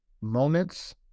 Moments